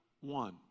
one